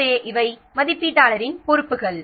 எனவே இவை மதிப்பீட்டாளரின் பொறுப்புகள்